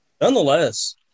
Nonetheless